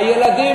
הילדים,